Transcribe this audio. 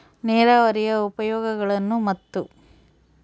ನೇರಾವರಿಯ ಉಪಯೋಗಗಳನ್ನು ಮತ್ತು?